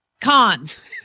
Cons